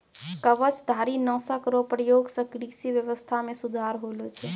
कवचधारी नाशक रो प्रयोग से कृषि व्यबस्था मे सुधार होलो छै